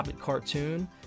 cartoon